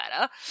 better